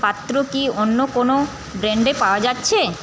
পাত্র কি অন্য কোনও ব্র্যান্ডে পাওয়া যাচ্ছে